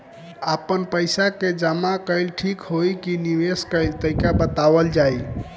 आपन पइसा के जमा कइल ठीक होई की निवेस कइल तइका बतावल जाई?